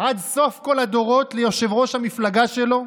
עד סוף כל הדורות ליושב-ראש המפלגה שלו?